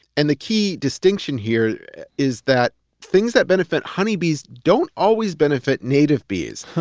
and the key distinction here is that things that benefit honeybees don't always benefit native bees,